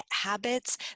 habits